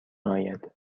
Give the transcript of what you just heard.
آید